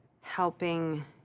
helping